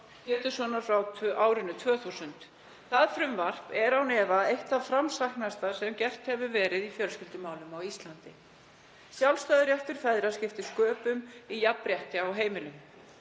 Péturssonar frá árinu 2000. Það frumvarp er án efa eitt það framsæknasta sem gert hefur verið í fjölskyldumálum á Íslandi. Sjálfstæður réttur feðra skiptir sköpum í jafnrétti á heimilum.